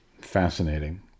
Fascinating